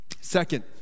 Second